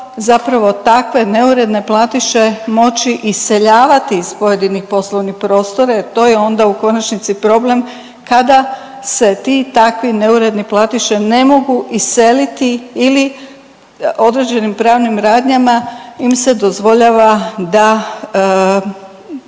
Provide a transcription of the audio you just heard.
takve neuredne platiše moći iseljavati iz pojedinih prostora jer to je onda u konačnici problem kada se ti i takvi neuredni platiše ne mogu iseliti ili određenim pravnim radnjama im se dozvoljava da,